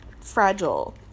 fragile